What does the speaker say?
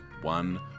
one